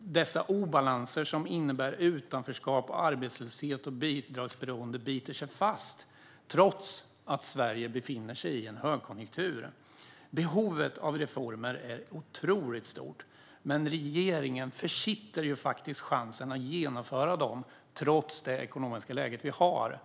dessa obalanser som innebär utanförskap, arbetslöshet och bidragsberoende biter sig fast trots att Sverige befinner sig i en högkonjunktur. Behovet av reformer är otroligt stort, men regeringen försitter faktiskt chansen att genomföra dem trots det ekonomiska läge vi har.